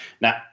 now